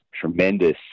tremendous